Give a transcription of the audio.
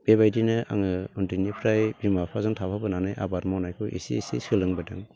बेबायदिनो आङो उन्दैनिफ्राय बिमा बिफाजों थाफाबोनानै आबाद मावनायखौ एसे एसे सोलोंबोदों